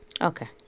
Okay